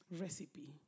recipe